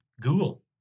Google